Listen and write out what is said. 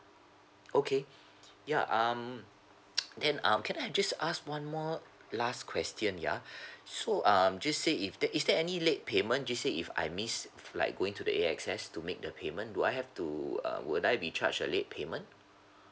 okay ya um then um can I have just ask one more last question ya so um just say if that is there any late payment just say if I miss like going to the A_X_S to make the payment do I have to uh would I be charge a late payment